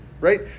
right